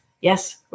yes